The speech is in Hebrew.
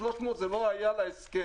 ה-300 מיליון זה לא היה בהסכם.